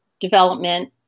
development